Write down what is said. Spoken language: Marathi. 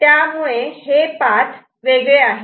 त्यामुळे हे पाथ वेगळे आहेत